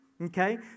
Okay